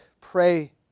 pray